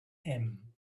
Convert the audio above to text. him